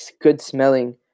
good-smelling